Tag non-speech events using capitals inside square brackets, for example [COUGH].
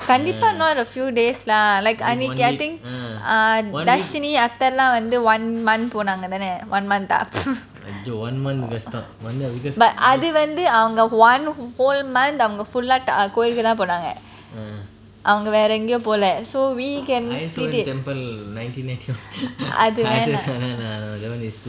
கண்டிப்பா:kandipa not a few days lah like I ne~ K I think ah Dharshini அத்தையிலாம் வந்து:dharshini athailam vanthu one month போனாங்க தானே:ponanga thane one month ஆ:aa [BREATH] but அது வந்து அவங்க:adhu vanthu avanga one whole month full கோவிலுக்கு தான் போனாங்க ஆ அவங்க வேற எங்கேயும் போகல:koviluku ponanga aa avanga vera engaum pogala so we can split it அது வேணா:adhu vena